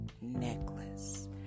necklace